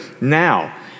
now